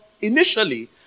initially